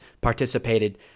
participated